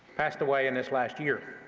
passed away in this last year,